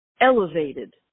elevated